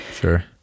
sure